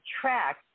track